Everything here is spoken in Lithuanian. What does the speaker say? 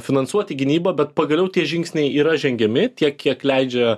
finansuoti gynybą bet pagaliau tie žingsniai yra žengiami tiek kiek leidžia